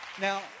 Now